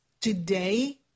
Today